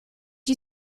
you